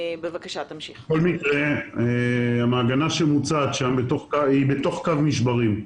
בכל מקרה, המעגנה שמוצעת שם היא בתוך קו משברים.